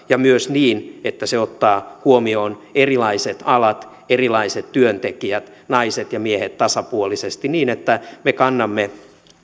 ja myös niin että se ottaa huomioon erilaiset alat erilaiset työntekijät naiset ja miehet tasapuolisesti niin että me kannamme